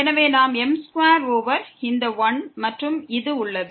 எனவே நாம் m2 over இந்த 1 மற்றும் இது உள்ளது